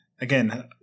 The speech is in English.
Again